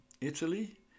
Italy